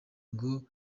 ngo